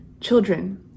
children